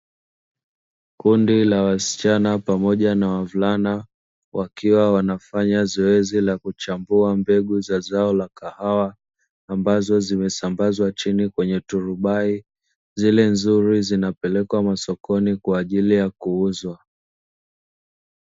Kundi la wasichana pamoja na wavulana wakiwa wanafanya zoezi la kuchambua mbegu za zao la kahawa, ambazo zime sambazwa chini kwenye turubai. Zile nzuri zinapelekwa masokoni kwa ajili ya kuuzwa.